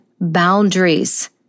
boundaries